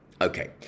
okay